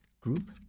group